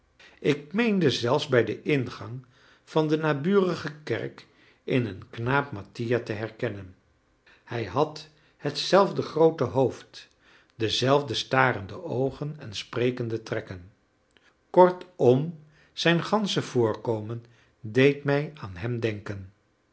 ik meende zelfs bij den ingang van de naburige kerk in een knaap mattia te herkennen hij had hetzelfde groote hoofd dezelfde starende oogen en sprekende trekken kortom zijn gansche voorkomen deed mij aan hem denken